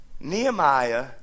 Nehemiah